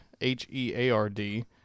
H-E-A-R-D